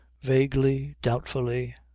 vaguely, doubtfully.